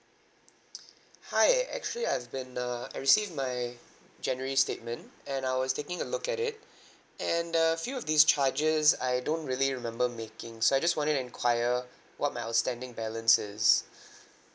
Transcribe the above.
hi I actually I've been uh I receive my january statement and I was taking a look at it and uh a few of these charges I don't really remember making so I just wanted to inquire what my outstanding balance is